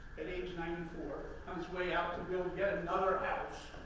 at age ninety four, comes way out to build, yet, another house,